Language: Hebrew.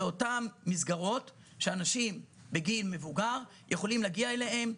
אלה אותן מסגרות שאנשים בגיל מבוגר יכולים להגיע אליהן,